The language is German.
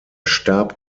starb